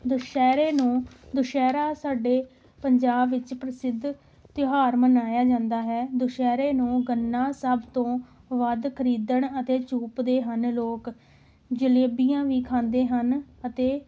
ਦੁਸਹਿਰੇ ਨੂੰ ਦੁਸਹਿਰਾ ਸਾਡੇ ਪੰਜਾਬ ਵਿੱਚ ਪ੍ਰਸਿੱਧ ਤਿਉਹਾਰ ਮਨਾਇਆ ਜਾਂਦਾ ਹੈ ਦੁਸਹਿਰੇ ਨੂੰ ਗੰਨਾ ਸਭ ਤੋਂ ਵੱਧ ਖਰੀਦਣ ਅਤੇ ਚੂਪਦੇ ਹਨ ਲੋਕ ਜਲੇਬੀਆਂ ਵੀ ਖਾਂਦੇ ਹਨ ਅਤੇ